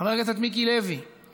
חבר הכנסת מיקי לוי,